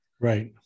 Right